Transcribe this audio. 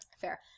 Fair